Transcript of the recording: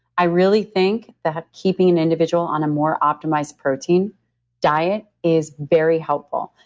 i really think that keeping an individual on a more optimized protein diet is very helpful.